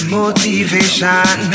motivation